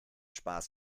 spaß